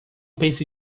pense